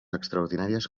extraordinàries